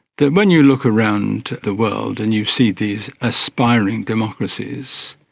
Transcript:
that when you look around the world and you see these aspiring democracies,